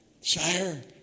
sire